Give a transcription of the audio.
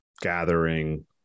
gathering